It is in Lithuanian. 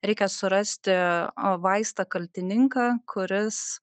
reikia surasti vaistą kaltininką kuris